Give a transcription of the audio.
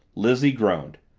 lizzie groaned.